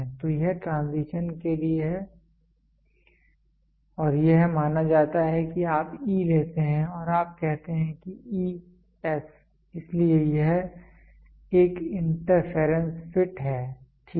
तो यह ट्रांजिशन के लिए है और यह माना जाता है कि आप E लेते हैं और आप कहते हैं कि E S इसलिए यह एक इंटरफेरेंस फिट है ठीक है